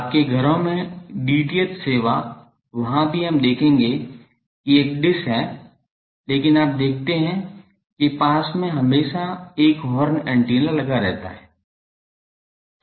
आपके घरों में DTH सेवा वहां भी हम देखेंगे कि एक डिश है लेकिन आप देखते हैं कि पास में हमेशा एक हॉर्न एंटीना लगा रहता है